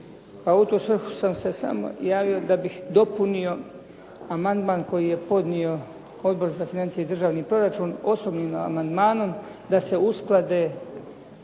u tu svrhu sam se samo javio da bih dopunio amandman koji je podnio Odbor za financije i državni proračun osobnim amandmanom da se usklade